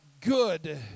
good